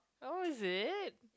oh is it